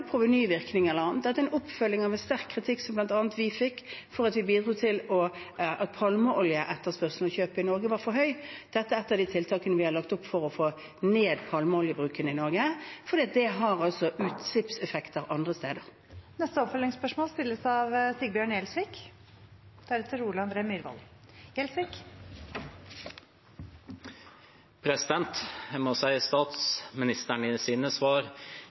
eller annet. Dette er en oppfølging av en sterk kritikk som bl.a. vi fikk fordi vi bidro til at etterspørselen etter og innkjøpet av palmeolje i Norge var for høyt. Dette er ett av de tiltakene vi har lagt opp til for å få ned palmeoljebruken i Norge, fordi det har altså utslippseffekter andre steder. Sigbjørn Gjelsvik – til oppfølgingsspørsmål. Jeg må si at statsministeren i sine svar